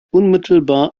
unmittelbar